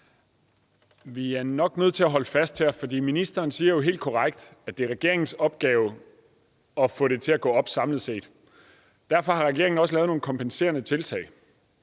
Vi er nok nødt til at holde fast her, for ministeren siger jo helt korrekt, at det er regeringens opgave at få det til at gå op samlet set. Derfor har regeringen også taget nogle kompenserende tiltag.